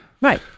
Right